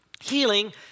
healing